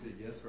yes